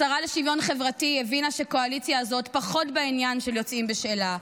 השרה לשוויון חברתי הבינה שהקואליציה הזאת פחות בעניין של יוצאים בשאלה.